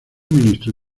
ministro